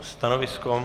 Stanovisko?